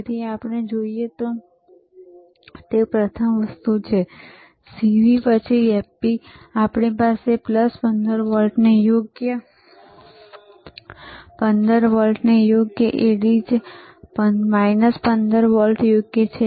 તેથી જો આપણે જોઈએ તો પ્રથમ વસ્તુ છે CV પછી FB આપણી પાસે 15 વોલ્ટને યોગ્ય 15 વોલ્ટ યોગ્ય છે